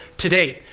today,